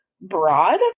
broad